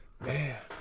Man